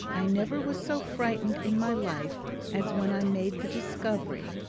i never was so frightened in my life as when i made the discovery,